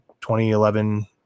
2011